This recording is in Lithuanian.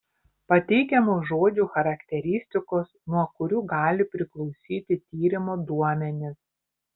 pateikiamos žodžių charakteristikos nuo kurių gali priklausyti tyrimo duomenys